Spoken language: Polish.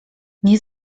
nie